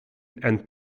and